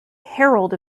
herald